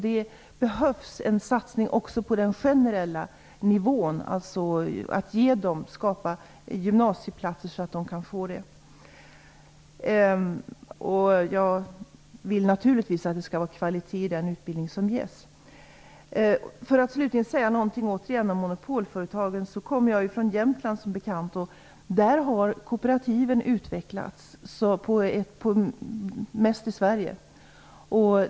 Det behövs en satsning också på en generell nivå och på att skapa gymnasieplatser. Jag vill naturligtvis att det skall vara kvalitet i den utbildning som ges. Jag vill återigen säga något om monopolföretagen. Jag kommer från Jämtland, som bekant. Där har kooperativen utvecklats mest i Sverige.